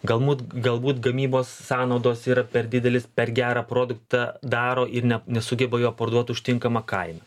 galbūt galbūt gamybos sąnaudos yra per didelis per gerą produktą daro ir ne nesugeba jo parduot už tinkamą kainą